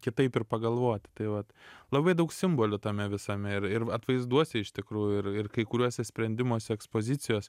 kitaip ir pagalvot tai vat labai daug simbolių tame visame ir ir atvaizduose iš tikrųjų ir ir kai kuriuose sprendimuose ekspozicijos